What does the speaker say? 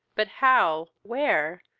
but how, where,